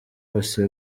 wose